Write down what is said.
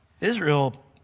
Israel